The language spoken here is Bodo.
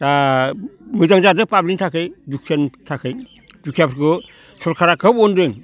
दा मोजां जादों पाब्लिकनि थाखाय दुखियानि थाखाय दुखियाफोरखौ सोरखारा खोब अनदों